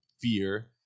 fear